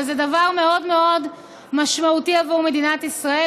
אבל זה דבר מאוד מאוד משמעותי עבור מדינת ישראל,